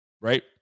right